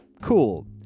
cool